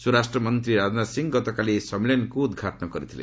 ସ୍ୱରାଷ୍ଟ୍ରମନ୍ତ୍ରୀ ରାଜନାଥ ସିଂ ଗତକାଲି ଏହି ସମ୍ମିଳନୀକୁ ଉଦ୍ଘାଟନ କରିଥିଲେ